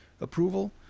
approval